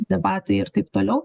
debatai ir taip toliau